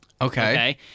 Okay